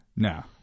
No